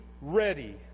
ready